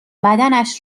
بدنش